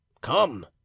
Come